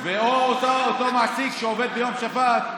ואותו מעסיק שעובד ביום שבת,